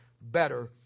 better